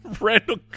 Randall